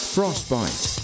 Frostbite